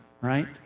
right